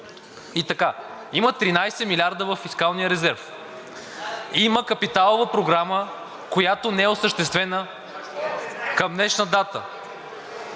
пенсии. Има 13 милиарда във фискалния резерв, има капиталова програма, която не е осъществена към днешна дата.